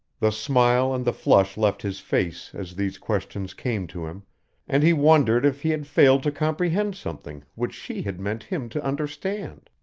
the smile and the flush left his face as these questions came to him and he wondered if he had failed to comprehend something which she had meant him to understand.